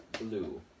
blue